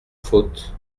faute